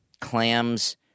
clams